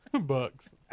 Bucks